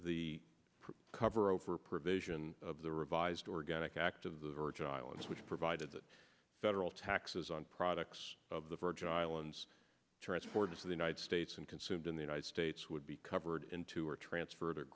the cover over provision of the revised organic act of the original islands which provided that federal taxes on products of the virgin islands transported to the united states and consumed in the united states would be covered into or transferred